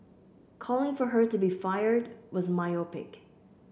calling for her to be fired was myopic